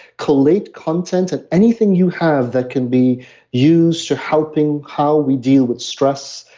collate content and anything you have that can be used to helping how we deal with stress,